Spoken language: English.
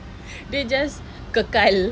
dia just kekal